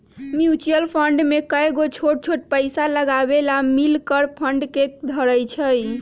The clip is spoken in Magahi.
म्यूचुअल फंड में कयगो छोट छोट पइसा लगाबे बला मिल कऽ फंड के धरइ छइ